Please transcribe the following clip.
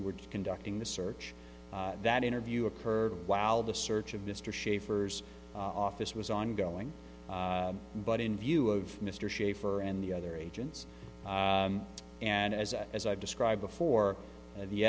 were conducting the search that interview occurred while the search of mr schaffer's office was ongoing but in view of mr shaffer and the other agents and as a as i've described before